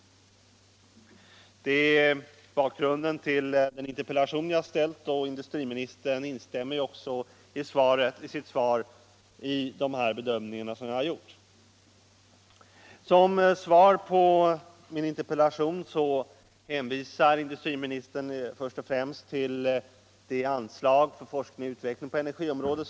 Det är bakgrunden till den interpellation jag ställt, och industriministern instämmer också i sitt svar i de bedömningar som jag har gjort. Som svar på min interpellation hänvisar industriministern först och främst till de anslag som finns för forskning och utveckling på energiområdet.